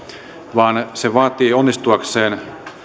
vaan se vaatii onnistuakseen